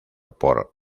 por